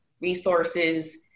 resources